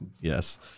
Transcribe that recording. yes